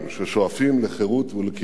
ששואפים לחירות ולקדמה,